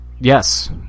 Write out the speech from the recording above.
yes